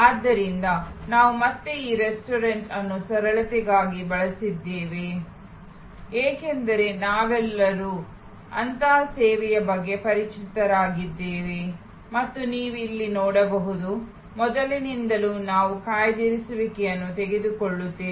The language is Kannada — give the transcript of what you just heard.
ಆದ್ದರಿಂದ ನಾವು ಮತ್ತೆ ಈ ರೆಸ್ಟೋರೆಂಟ್ ಅನ್ನು ಸರಳತೆಗಾಗಿ ಬಳಸಿದ್ದೇವೆ ಏಕೆಂದರೆ ನಾವೆಲ್ಲರೂ ಅಂತಹ ಸೇವೆಯ ಬಗ್ಗೆ ಪರಿಚಿತರಾಗಿದ್ದೇವೆ ಮತ್ತು ನೀವು ಇಲ್ಲಿ ನೋಡಬಹುದು ಮೊದಲಿನಿಂದಲೂ ನಾವು ಕಾಯ್ದಿರಿಸುವಿಕೆಯನ್ನು ತೆಗೆದುಕೊಳ್ಳುತ್ತೇವೆ